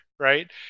right